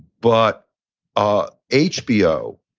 but ah hbo,